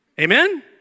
Amen